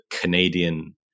Canadian